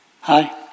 Hi